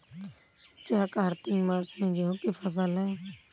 क्या कार्तिक मास में गेहु की फ़सल है?